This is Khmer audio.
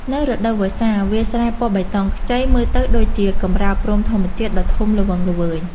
នៅរដូវវស្សា វាលស្រែពណ៌បៃតងខ្ចីមើលទៅដូចជាកម្រាលព្រំធម្មជាតិដ៏ធំល្វឹងល្វើយ។